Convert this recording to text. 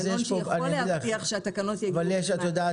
זה תקנון שיכול להבטיח שהתקנות יגיעו -- אבל את יודעת,